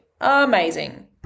Amazing